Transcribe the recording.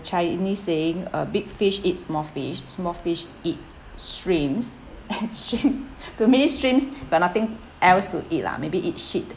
chinese saying uh big fish eat small fish small fish eat shrimps shrimps to me shrimps got nothing else to eat lah maybe eat shit